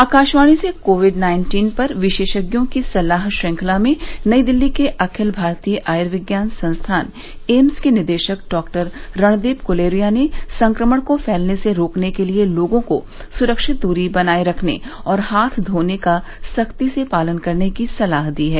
आकाशवाणी से COVID nineteen पर विशेषज्ञों की सलाह श्रंखला में नई दिल्ली के अखिल भारतीय आयूर्विज्ञान संस्थान एम्स के निदेशक डॉ रणदीप गुलेरिया ने संक्रमण को फैलने से रोकने के लिए लोगों को सुरक्षित दूरी बनाए रखने और हाथ धोने का सख्ती से पालन करने की सलाह दी है